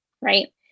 right